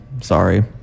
sorry